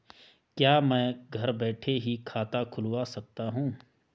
क्या मैं घर बैठे ही खाता खुलवा सकता हूँ?